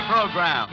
Program